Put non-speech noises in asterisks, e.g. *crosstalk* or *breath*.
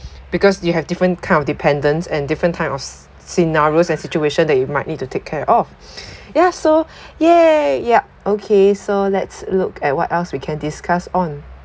because you have different kind of dependence and different type of s~ scenarios and situation that you might need to take care of *breath* yeah so yeah yup okay so let's look at what else we can discuss on